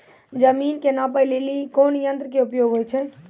जमीन के नापै लेली कोन यंत्र के उपयोग होय छै?